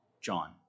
John